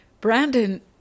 Brandon